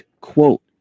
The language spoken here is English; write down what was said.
quote